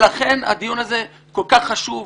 ולכן הדיון הזה כל כך חשוב,